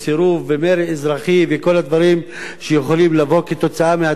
במרי אזרחי וכל הדברים שיכולים לבוא כתוצאה מהדבר הזה.